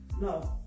no